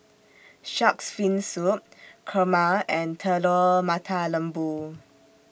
Shark's Fin Soup Kurma and Telur Mata Lembu